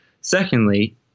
secondly